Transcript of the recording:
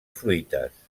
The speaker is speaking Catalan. fruites